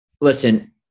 Listen